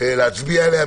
להצביע עליה.